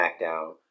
Smackdown